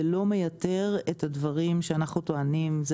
זה לא מייתר את הדברים שאנחנו טוענים זה